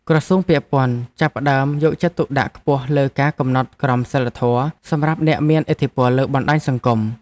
ក្រសួងពាក់ព័ន្ធបានចាប់ផ្តើមយកចិត្តទុកដាក់ខ្ពស់លើការកំណត់ក្រមសីលធម៌សម្រាប់អ្នកមានឥទ្ធិពលលើបណ្តាញសង្គម។